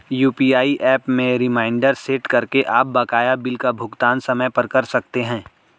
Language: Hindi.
यू.पी.आई एप में रिमाइंडर सेट करके आप बकाया बिल का भुगतान समय पर कर सकते हैं